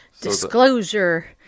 Disclosure